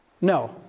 No